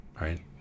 right